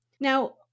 Now